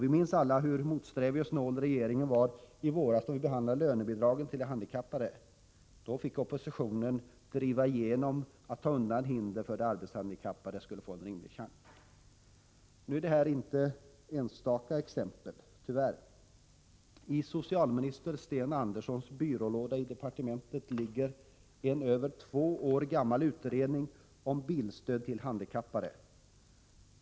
Vi minns alla hur motsträvig och snål regeringen var i våras då vi behandlade lönebidragen till de handikappade. Oppositionen kunde då driva igenom ett borttagande av olika hinder, så att de arbetshandikappade skulle få en rimlig chans. Vad jag här nämnt är, tyvärr, inte enstaka exempel. I socialminister Sten Anderssons byrålåda på departementet ligger en över två år gammal utredning om bilstöd till handikappade.